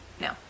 No